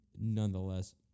nonetheless